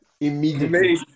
immediately